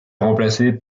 remplacé